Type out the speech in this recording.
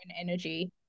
energy